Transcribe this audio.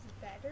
better